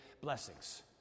Blessings